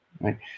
right